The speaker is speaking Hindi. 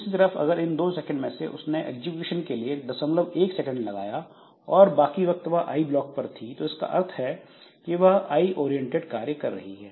दूसरी तरफ अगर इन 2 सेकंड में से उसने एग्जीक्यूशन के लिए दशमलव 1 सेकंड लगाया और बाकी वक्त वह आई ब्लॉक पर थी तो इसका अर्थ है कि वह आई ओरिएंटेड कार्य कर रही है